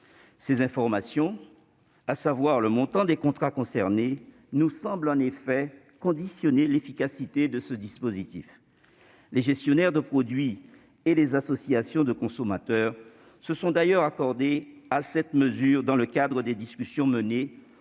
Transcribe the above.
Ces informations, à savoir le montant des contrats concernés, nous semblent en effet conditionner l'efficacité du dispositif. Les gestionnaires de produits et les associations de consommateurs se sont d'ailleurs accordés sur cette mesure dans le cadre des discussions menées